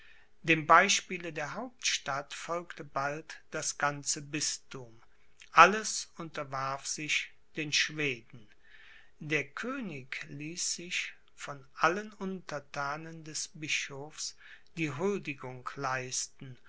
dem beispiele der hauptstadt folgte bald das ganze bisthum alles unterwarf sich den schweden der könig ließ sich von allen untertanen des bischofs die huldigung leisten